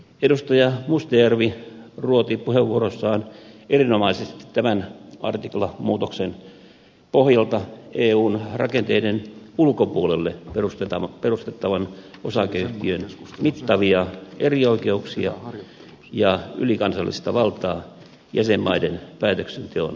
edustaja mustajärvi ruoti puheenvuorossaan erinomaisesti tämän artiklamuutoksen pohjalta eun rakenteiden ulkopuolelle perustettavan osakeyhtiön mittavia erioikeuksia ja ylikansallista valtaa jäsenmaiden päätöksenteon yli